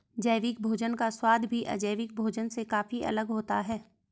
जैविक भोजन का स्वाद भी अजैविक भोजन से काफी अलग होता है